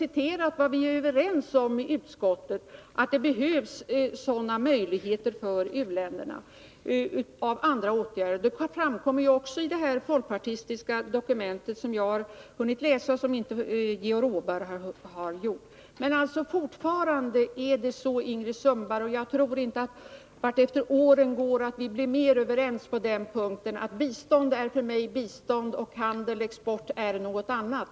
citerat vad vi är överens om i utskottet, dvs. att det behövs sådana möjligheter till andra åtgärder för u-länderna. Detta framkom också i det folkpartistiska dokumentet, som jag men inte Georg Åberg har hunnit läsa. Det är alltså fortfarande så här, Ingrid Sundberg, och jag tror inte att vi vartefter åren går blir mera överens på den punkten. Bistånd är för mig 109 bistånd, och handel och export är någonting annat.